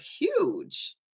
Huge